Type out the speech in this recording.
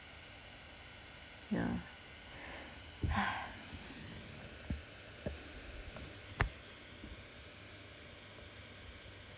yeah